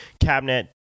cabinet